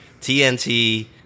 TNT